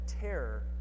terror